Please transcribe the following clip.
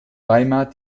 weimar